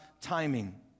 timing